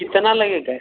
कितना लगेगा